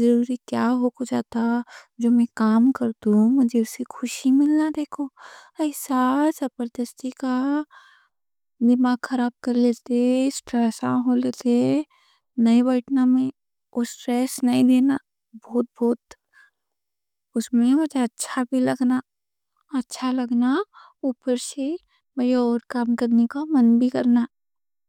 ضروری کیا ہو کو جاتا۔ جو میں کام کرتوں، مجھے اسے خوشی ملنا دیکھو۔ ایسا زبردستی کا دماغ خراب کر لیتے، سٹریس آن ہو لیتے۔ میں میں میں نہیں بیٹھنا، میں اس سٹریس نہیں دینا، بہت بہت، اس میں مجھے اچھا بھی لگنا، اچھا لگنا۔ اوپر سے میں یہ اور کام کرنے کو من بھی کرنا۔